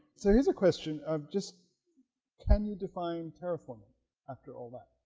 so here's a question of just can you define terraforming after all that